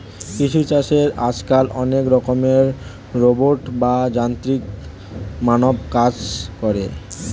কৃষি চাষে আজকাল অনেক রকমের রোবট বা যান্ত্রিক মানব কাজ করে